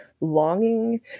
longing